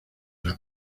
las